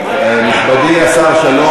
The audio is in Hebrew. נכבדי השר שלום,